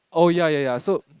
oh ya ya ya so